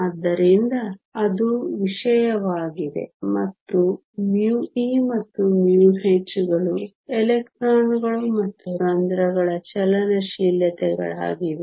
ಆದ್ದರಿಂದ ಅದು ವಿಷಯವಾಗಿದೆ ಮತ್ತು μe ಮತ್ತು μh ಗಳು ಎಲೆಕ್ಟ್ರಾನ್ಗಳು ಮತ್ತು ರಂಧ್ರಗಳ ಚಲನಶೀಲತೆಗಳಾಗಿವೆ